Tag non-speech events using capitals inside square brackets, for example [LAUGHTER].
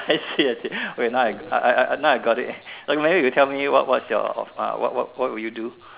[LAUGHS] I see I see wait now I I I now I got it only you tell me what what's your uh what what what would you do